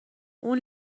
اول